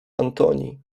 antoni